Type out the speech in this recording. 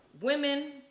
women